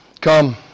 come